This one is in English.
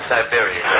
Siberia